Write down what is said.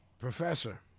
Professor